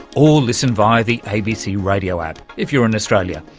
or listen via the abc radio app if you're in australia.